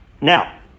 now